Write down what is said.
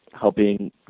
helping